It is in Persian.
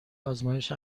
آزمایش